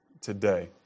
today